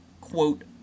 quote